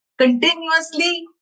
continuously